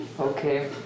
Okay